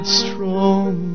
strong